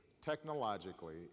technologically